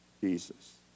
Jesus